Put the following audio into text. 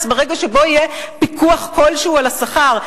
ברגע שבו יהיה פיקוח כלשהו על השכר.